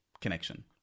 connection